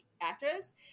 actress